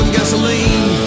gasoline